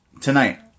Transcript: tonight